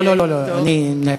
לא, לא, אני מנהל.